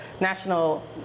national